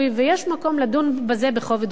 ויש מקום לדון בזה בכובד ראש.